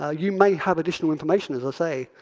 ah you may have additional information, as i say,